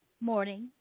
morning